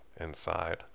inside